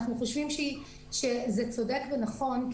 אנחנו חושבים שזה צודק ונכון,